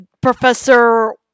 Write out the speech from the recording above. Professor